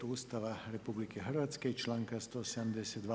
Ustava RH i članka 172.